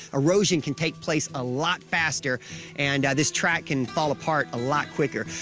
erosion can take place a lot faster and this track can fall apart a lot quicker.